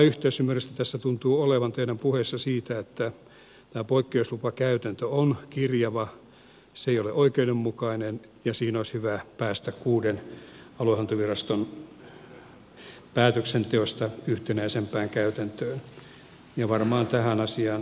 laajaa yhteisymmärrystä tuntuu olevan teidän puheissa siitä että tämä poikkeuslupakäytäntö on kirjava se ei ole oikeudenmukainen ja siinä olisi hyvä päästä kuuden aluehallintoviraston päätöksenteosta yhtenäisempään käytäntöön ja varmaan tähän asiaan toivoisin että saataisiin nyt muutoksia